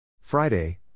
Friday